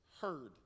heard